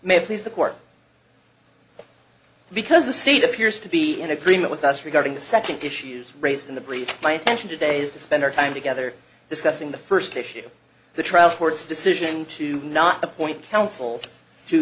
may please the court because the state appears to be in agreement with us regarding the setting issues raised in the breach my intention today is to spend our time together discussing the first issue the trial court's decision to not appoint counsel to